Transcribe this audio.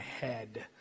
head